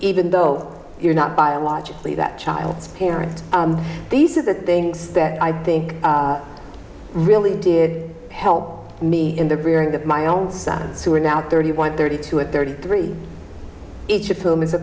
even though you're not biologically that child's parent these are the things that i think really did help me in the rearing of my own sons who are now thirty one thirty two or thirty three each of whom is a